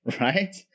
Right